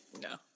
No